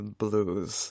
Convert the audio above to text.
blues